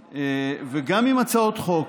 וגם עם הצעות חוק,